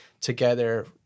together